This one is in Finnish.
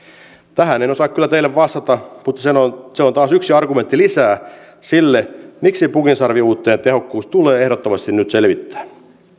tähän en osaa kyllä teille vastata mutta se on taas yksi argumentti lisää sille miksi pukinsarviuutteen tehokkuus tulee ehdottomasti nyt selvittää